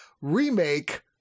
remake